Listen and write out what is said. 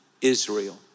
Israel